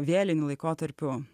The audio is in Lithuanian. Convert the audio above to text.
vėlinių laikotarpiu